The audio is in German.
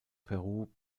peru